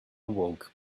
awoke